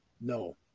No